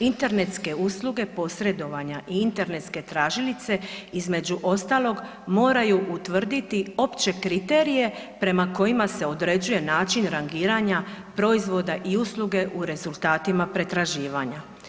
Internetske usluge posredovanja i internetske tražilice između ostalog moraju utvrditi opće kriterije prema kojima se određuje način rangiranja proizvoda i usluge u rezultatima pretraživanja.